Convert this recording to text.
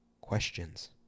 Questions